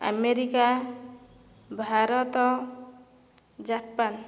America Bharat Japan